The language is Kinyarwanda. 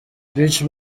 rich